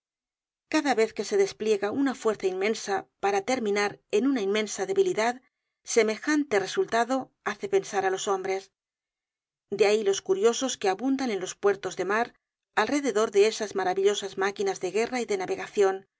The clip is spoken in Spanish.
cada vez que se despliega una fuerza inmensa para terminar en una inmensa debilidad semejante resultado hace pensar á los hombres de ahí los curiosos que abundan en los puertos de mar alrededor de esas maravillosas máquinas de guerra y de navegacion